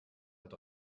mit